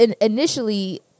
initially